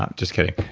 just kidding.